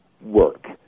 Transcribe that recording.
work